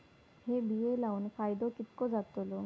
हे बिये लाऊन फायदो कितको जातलो?